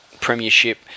premiership